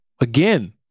again